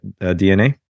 DNA